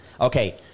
Okay